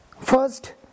First